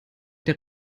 der